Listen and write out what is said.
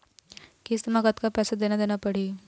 किस्त म कतका पैसा देना देना पड़ही?